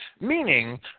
meaning